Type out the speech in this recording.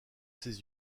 ses